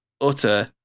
utter